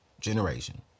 generation